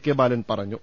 K Balan പറ ഞ്ഞു